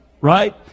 Right